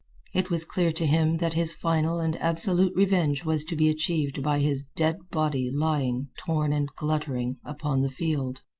it was clear to him that his final and absolute revenge was to be achieved by his dead body lying, torn and gluttering, upon the field.